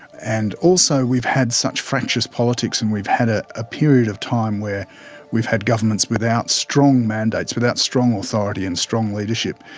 and also we've had such fractious politics and we've had a ah period of time where we've had governments without strong mandates, without strong authority and strong leadership,